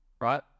right